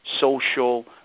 social